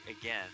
again